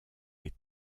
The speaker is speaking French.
les